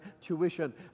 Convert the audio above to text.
tuition